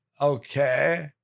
Okay